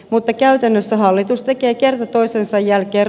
mutta käytännössä hallitus tekee kerta toisensa jälkeen